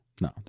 No